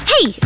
Hey